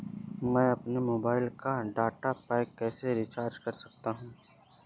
मैं अपने मोबाइल का डाटा पैक कैसे रीचार्ज कर सकता हूँ?